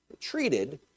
treated